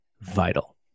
vital